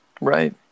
Right